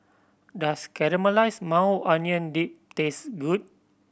does Caramelized Maui Onion Dip taste good